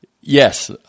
Yes